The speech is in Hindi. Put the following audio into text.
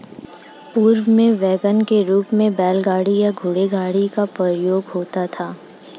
पूर्व में वैगन के रूप में बैलगाड़ी या घोड़ागाड़ी का प्रयोग होता था